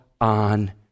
on